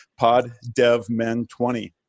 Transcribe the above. PODDEVMEN20